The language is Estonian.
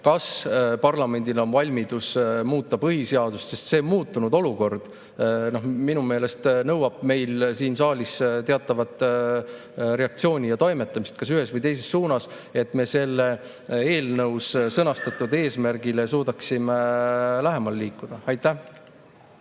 kas parlamendil on valmidus muuta põhiseadust? Muutunud olukord minu meelest nõuab meil siin saalis teatavat reaktsiooni ja toimetamist kas ühes või teises suunas, et me selles eelnõus sõnastatud eesmärgile suudaksime lähemale liikuda. Heiki